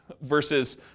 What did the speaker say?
versus